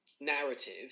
narrative